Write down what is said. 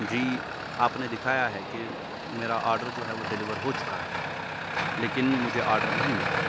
جی آپ نے دکھایا ہے کہ میرا آڈر جو ہے وہ ڈلیور ہو چکا ہے لیکن مجھے آڈر نہیں ملا ہے